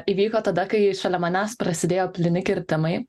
įvyko tada kai šalia manęs prasidėjo plyni kirtimai